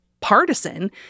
partisan